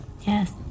Yes